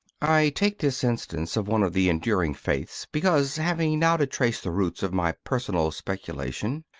i take this instance of one of the enduring faiths because, having now to trace the roots of my personal speculation,